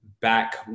Back